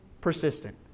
persistent